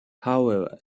however